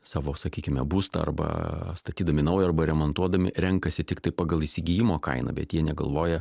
savo sakykime būstą arba statydami naują arba remontuodami renkasi tiktai pagal įsigijimo kainą bet jie negalvoja